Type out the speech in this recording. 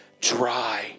dry